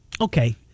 okay